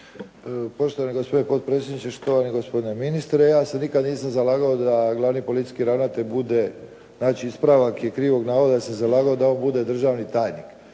Poštovani gospodine potpredsjedniče, štovani gospodine ministre. Ja se nikada nisam zalagao da glavni policijski ravnatelj bude, znači ispravak krivog navoda se zalagao da on bude državni tajnik.